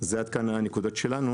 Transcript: זה עד כאן הנקודות שלנו.